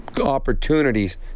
opportunities